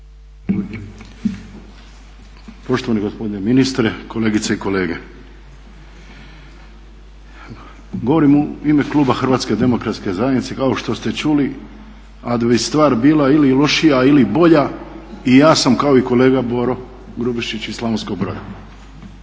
Poštovani gospodine ministre, kolegice i kolege. Govorimo u ime kluba HDZ-a kao što ste čuli, a da bi stvar bila ili lošija ili bolja i ja sam kao i kolega Boro Grubišić iz Slavonskog Broda.